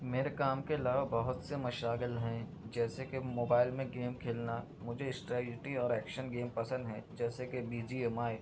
میرے کام کے علاوہ بہت سے مشاغل ہیں جیسے کہ موبائل میں گیم کھیلنا مجھے اسٹریجڈی اور ایکشن گیم پسند ہیں جیسے کہ بی جی ایم آئی